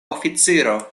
oficiro